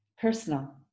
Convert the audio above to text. personal